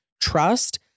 trust